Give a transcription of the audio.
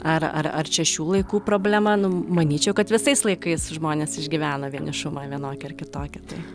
ar ar ar čia šių laikų problema nu manyčiau kad visais laikais žmonės išgyvena vienišumą vienokį ar kitokį tai